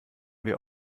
wir